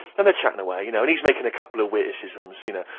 and they're chatting away you know, and he's making a couple of witticisms, you know,